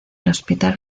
hospital